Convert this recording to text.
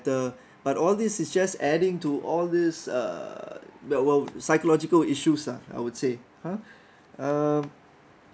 better but all these is just adding to all these uh well psychological issues lah I would say !huh! um